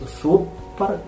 super